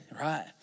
right